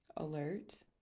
alert